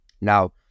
Now